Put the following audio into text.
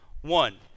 one